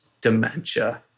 dementia